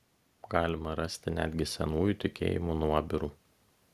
galima rasti netgi senųjų tikėjimų nuobirų